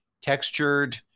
textured-